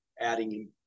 adding